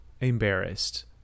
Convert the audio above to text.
embarrassed